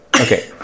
Okay